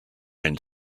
and